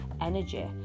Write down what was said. energy